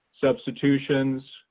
substitutions